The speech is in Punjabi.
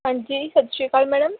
ਹਾਂਜੀ ਸਤਿ ਸ਼੍ਰੀ ਅਕਾਲ ਮੈਡਮ